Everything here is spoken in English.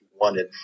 wanted